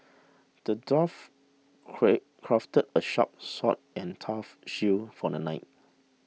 the dwarf crafted a sharp sword and a tough shield for the knight